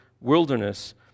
wilderness